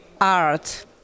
art